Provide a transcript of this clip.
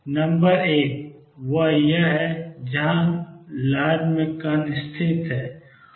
number एक वह है जहां लहर में कण स्थित है